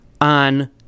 on